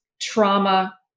trauma